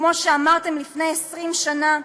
כמו שאמרתם לפני 20 שנה,